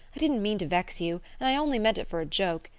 i didn't mean to vex you and i only meant it for a joke.